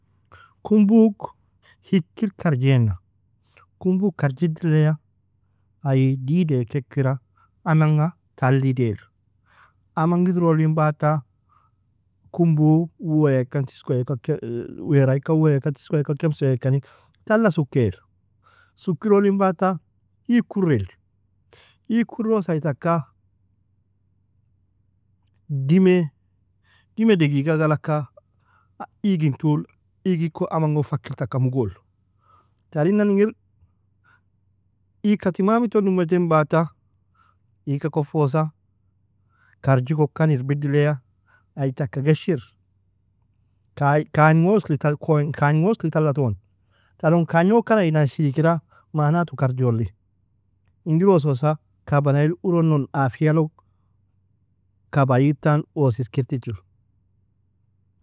Kumbu hikir karjena, kumbu karjidilea, ay didi eak ekira, amanga tala idir. Amanga idrolin bata, kumbu uwe ikan, tiskwe ikan, wera ikan uwo ikan, tiskwe ikan, kemso ikan tala sukairu. Sukirolin bata, igk uril. Igk urosa ay taka dime, dime degiga galka igin tul igiko amango fakil taka mogol, tarin nan ingir igka temamilton dumedin bata igka kofosa, karjikokan irbirdilia, ay taka geshir, kagn kagnga user tala ton taron kagnokan aydan ashrikira manato karjoli, ingir ososa, kaba na ili urono afialo, kaba igintan osa isikir tichiru.